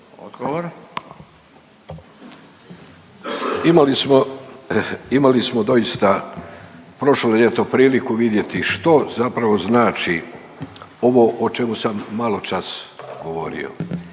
Imali smo doista prošlo ljeto priliku vidjeti što zapravo znači ovo o čemu sam malo čas govorio.